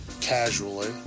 casually